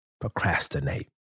procrastinate